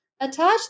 attach